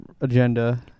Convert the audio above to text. agenda